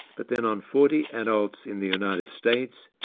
but then on forty adults in the united states,